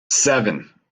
seven